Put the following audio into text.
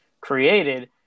created